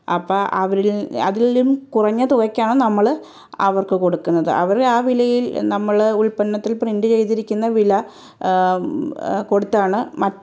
അപ്പം അവരിൽ അതിലും കുറഞ്ഞ തുകയ്ക്കാണ് നമ്മള് അവർക്ക് കൊടുക്കുന്നത് അവര് ആ വിലയിൽ നമ്മള് ഉൽപ്പന്നത്തിൽ പ്രിൻറ്റ് ചെയ്തിരിക്കുന്ന വില കൊടുത്താണ് മറ്റ്